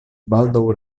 baldaŭ